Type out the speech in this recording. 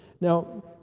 Now